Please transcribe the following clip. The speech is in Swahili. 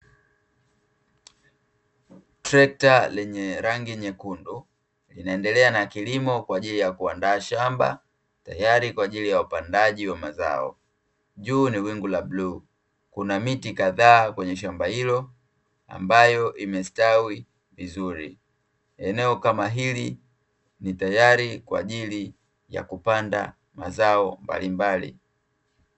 Trekta lenye rangi nyekundu, linaendelea na kilimo kwa ajili ya kuandaa shamba tayari kwa ajili ya upandaji wa mazao. Juu ni wingu la bluu. Kuna miti kadhaa kwenye shamba hilo ambayo imestawi vizuri. Eneo kama hili ni tayari kwa ajili ya kupanda mazao mbalimbali.